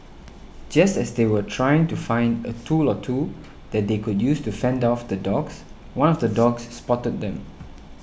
just as they were trying to find a tool or two that they could use to fend off the dogs one of the dogs spotted them